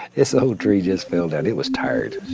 this old tree just fell down. it was tired.